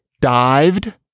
Dived